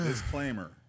Disclaimer